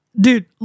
Dude